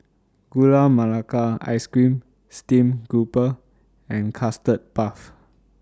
Gula Melaka Ice Cream Steamed Grouper and Custard Puff